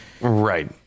Right